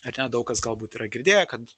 ar ne daug kas galbūt yra girdėję kad